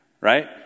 right